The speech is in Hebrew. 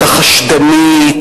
החשדנית,